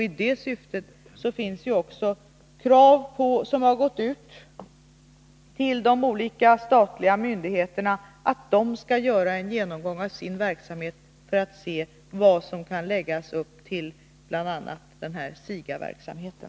I det syftet finns också krav som gått ut till de olika statliga myndigheterna att de skall göra en genomgång av sin verksamhet för att se vad som kan läggas upp till bl.a. den här SIGA-verksamheten.